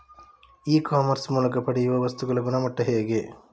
E commerce ಮೂಲಕ ಪಡೆಯುವ ವಸ್ತುಗಳ ಗುಣಮಟ್ಟ ಹೇಗೆ?